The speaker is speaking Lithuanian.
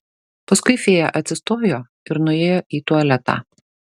paskui fėja atsistojo ir nuėjo į tualetą